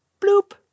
bloop